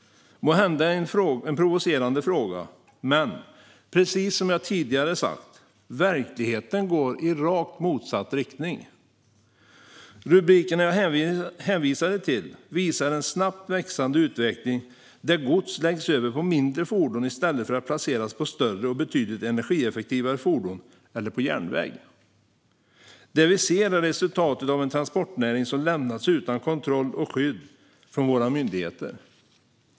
Det är måhända en provocerande fråga, men precis som jag tidigare sagt: Verkligheten går i rakt motsatt riktning. Rubrikerna jag hänvisade till visar en snabbt växande utveckling, där gods läggs över på mindre fordon i stället för att placeras på större och betydligt energieffektivare fordon eller på järnväg. Det vi ser är resultatet av en transportnäring som lämnats utan kontroll och skydd från våra myndigheter.